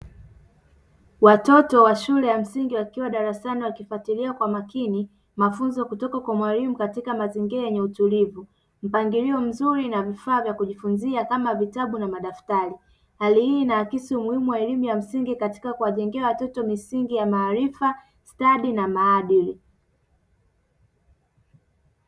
Watoto wa shule ya msingi wakiwa darasani wakifuatilia kwa makini mafunzo kutoka kwa mwalimu katika mazingira yenye utulivu, mpangilio mzuri na vifaa vya kujifunzia kama vitabu na madaftari. Hali hii inaakisi umuhimu wa elimu ya msingi katika kuwajengea watoto misingi ya maarifa, stadi na maadili.